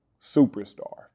superstar